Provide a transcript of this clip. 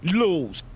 lose